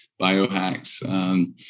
biohacks